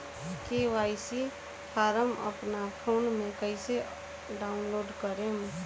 KYC form अपना phone मे कइसे डाऊनलोड करेम?